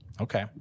Okay